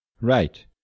Right